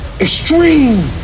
extreme